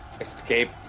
Escape